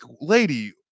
lady